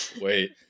Wait